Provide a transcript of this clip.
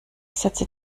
setze